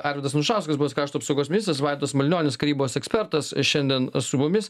arvydas anušauskas buvęs krašto apsaugos ministras vaidotas malinionis karybos ekspertas šiandien su mumis